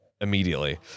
immediately